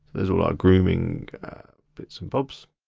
there's all our grooming bits and bobs.